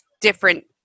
different